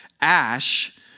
ash